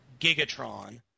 Gigatron